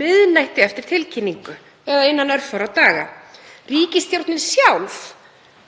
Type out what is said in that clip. miðnætti eftir tilkynningu eða innan örfárra daga. Ríkisstjórnin sjálf